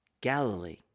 Galilee